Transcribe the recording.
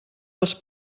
dels